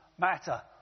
matter